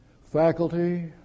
faculty